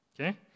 okay